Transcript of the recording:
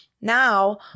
Now